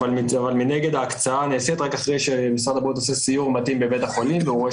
מנגד ההקצאה נעשית רק אחרי שמשרד הבריאות עושה סיור בבית החולים ורואה